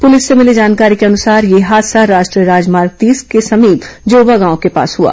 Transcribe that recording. police से मिली जानकारी के अनुसार यह हादसा राष्ट्रीय राजमार्ग तीस के समीप जोबा गांव के पास हआ